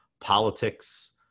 politics